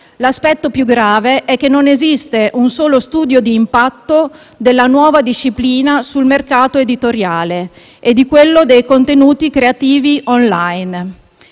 l'aspetto più grave è che non esiste un solo studio di impatto della nuova disciplina sul mercato editoriale e su quello dei contenuti creativi *online*.